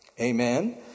Amen